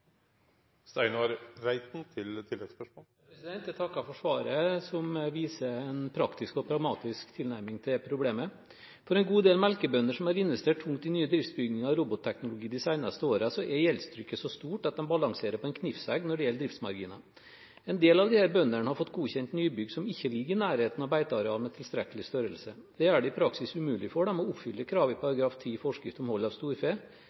Jeg takker for svaret, som viser en praktisk og pragmatisk tilnærming til problemet. For en god del melkebønder som har investert tungt i nye driftsbygninger og robotteknologi de seneste årene, er gjeldstrykket så stort at de balanserer på en knivsegg når det gjelder driftsmarginer. En del av disse bøndene har fått godkjent nybygg som ikke ligger i nærheten av beiteareal med tilstrekkelig størrelse. Det gjør det i praksis umulig for dem å oppfylle kravet i § 10 i forskrift om hold av storfe,